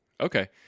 okay